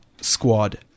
Squad